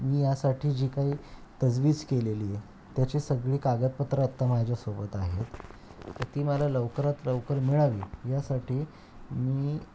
मी यासाठी जी काही तजवीज केलेली आहे त्याची सगळी कागदपत्रं आत्ता माझ्यासोबत आहेत तर ती मला लवकरात लवकर मिळावी यासाठी मी